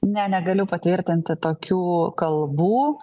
ne negaliu patvirtinti tokių kalbų